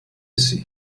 sie